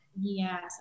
Yes